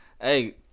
Hey